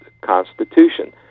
constitution